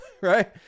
right